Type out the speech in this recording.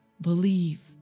believe